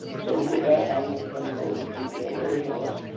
so with that, i'm going to turn it over to laurie norris.